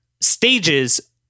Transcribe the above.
stages